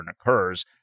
occurs